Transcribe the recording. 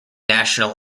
national